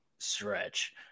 stretch